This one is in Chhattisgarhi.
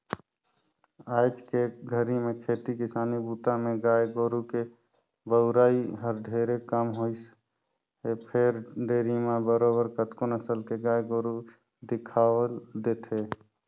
आयज के घरी में खेती किसानी बूता में गाय गोरु के बउरई हर ढेरे कम होइसे फेर डेयरी म बरोबर कतको नसल के गाय गोरु दिखउल देथे